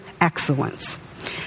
excellence